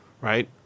right